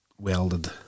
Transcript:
Welded